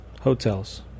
Hotels